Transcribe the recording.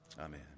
Amen